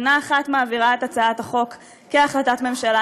שנה אחת מעבירה את הצעת החוק כהחלטת ממשלה,